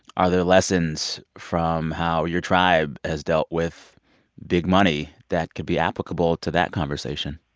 are there lessons from how your tribe has dealt with big money that could be applicable to that conversation?